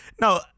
No